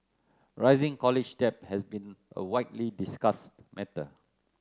rising college debt has been a widely discussed matter